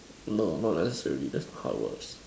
no not necessarily that how works